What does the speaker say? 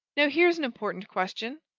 now, here's an important question,